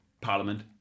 parliament